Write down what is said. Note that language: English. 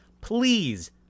Please